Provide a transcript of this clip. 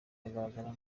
agaragara